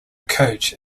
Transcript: coach